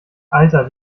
alter